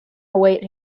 await